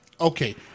okay